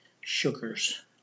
sugars